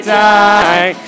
die